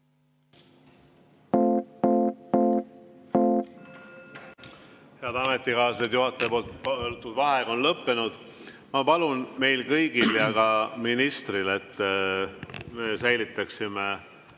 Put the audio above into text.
Head ametikaaslased! Juhataja võetud vaheaeg on lõppenud. Ma palun meil kõigil ja ka ministril, et me säilitaksime